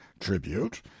tribute